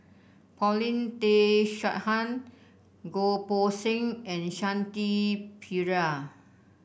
Paulin Tay Straughan Goh Poh Seng and Shanti Pereira